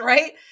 Right